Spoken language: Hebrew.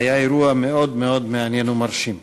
היה אירוע מאוד מעניין ומרשים.